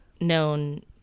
known